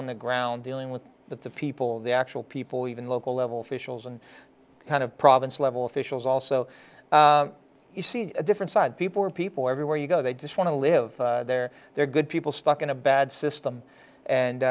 on the ground dealing with the people the actual people even local level officials and kind of province level officials also you see a different side people are people everywhere you go they just want to live there they're good people stuck in a bad system